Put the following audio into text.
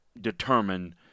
determine